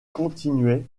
continuait